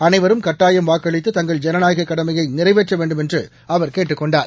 அனைவரும் கட்டாயம் வாக்களித்து தங்கள் ஜனநாயகக் கடமையை நிறைவேற்ற வேண்டுமென்று கேட்டுக் கொண்டார்